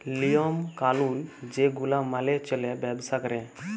লিওম কালুল যে গুলা মালে চল্যে ব্যবসা ক্যরে